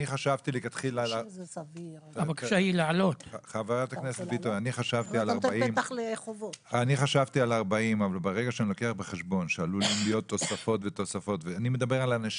אני חשבתי על 40. אני מדבר על אנשים